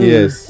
Yes